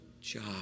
job